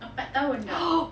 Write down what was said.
empat tahun dah